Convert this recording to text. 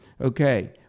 Okay